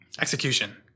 Execution